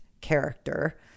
character